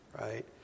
Right